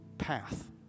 path